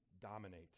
dominate